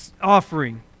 offering